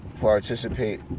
participate